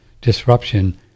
disruption